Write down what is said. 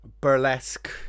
burlesque